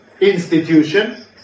institution